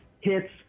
hits